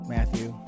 Matthew